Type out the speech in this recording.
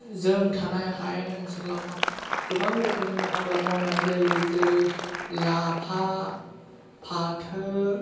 जों थानाय हायेन ओनसोलाव मा गोबां रोखोमनि आबाद मावनाय जायो जेरै लाफा फाथो